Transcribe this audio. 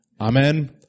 Amen